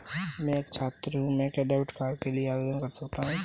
मैं एक छात्र हूँ तो क्या क्रेडिट कार्ड के लिए आवेदन कर सकता हूँ?